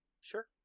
Sure